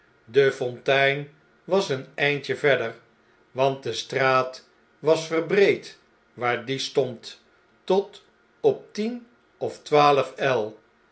de fontein was een eindje verder want de straat was verbreed waar die stond tot op tien of twaalf el